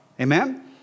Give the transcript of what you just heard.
Amen